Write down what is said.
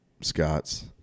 Scots